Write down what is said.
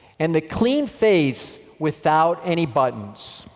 and the clean face without any buttons.